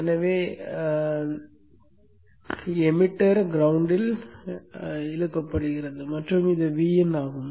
எனவே உமிழ்ப்பான் கிரௌண்டில் இழுக்கப்படுகிறது மற்றும் இது Vinஆகும்